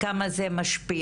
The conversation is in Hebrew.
כמה זה משפיע.